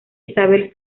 isabel